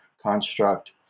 construct